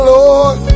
Lord